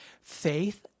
Faith